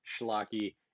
schlocky